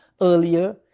earlier